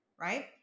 Right